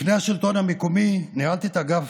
לפני השלטון המקומי ניהלתי את אגף